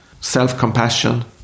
Self-compassion